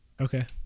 okay